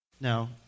Now